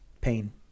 pain